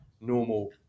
normal